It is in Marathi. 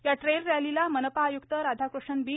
या ट्रेल रॅलीला मनपा आय्क्त राधाकृष्णन बी